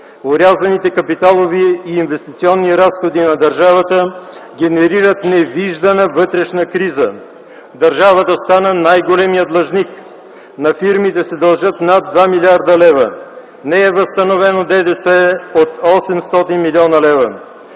Орязаните капиталови и инвестиционни разходи на държавата генерират невиждана вътрешна криза. Държавата стана най-големият длъжник. На фирмите се дължат над 2 млрд. лв. Не е възстановен ДДС от 800 млн. лв.